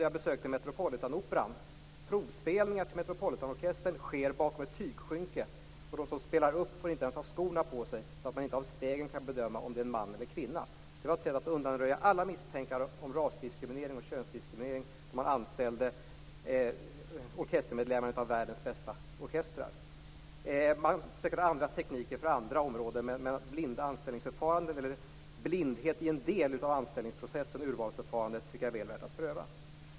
Jag besökte Metropolitanoperan. Provspelningar till Metropolitanorkestern sker bakom ett tygskynke. De som spelar upp får inte ens ha skorna på sig så att man inte av stegen kan bedöma om det är en man eller kvinna. Det var ett sätt att undanröja alla misstankar om rasdiskriminering och könsdiskriminering då en av världens bästa orkestrar anställde orkestermedlemmar. Man söker andra tekniker för andra områden. Men blindhet i en del av anställningsprocessen och urvalsförfarandet tycker jag är väl värt att pröva.